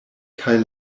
kaj